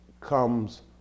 comes